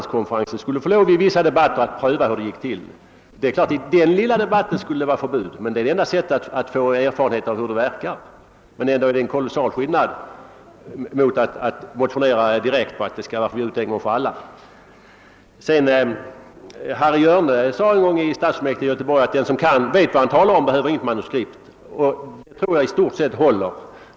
Harry Hjörne sade en gång i stadsfullmäktige i Göteborg att den som vet vad han talar om inte behöver manuskript, och i stort sett tror jag att det resonemanget håller.